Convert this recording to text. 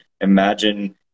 imagine